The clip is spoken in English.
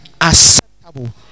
acceptable